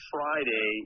Friday